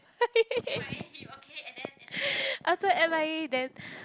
after M_I_A then